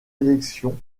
élections